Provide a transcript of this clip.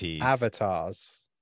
avatars